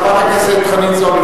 חברת הכנסת חנין זועבי,